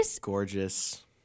gorgeous